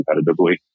competitively